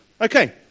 Okay